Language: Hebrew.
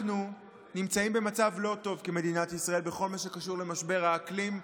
אנחנו נמצאים במצב לא טוב כמדינת ישראל בכל מה שקשור למשבר האקלים.